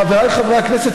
חבריי חברי הכנסת,